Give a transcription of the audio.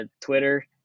Twitter